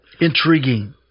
intriguing